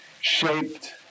shaped